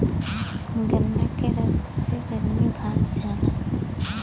गन्ना के रस से गरमी भाग जाला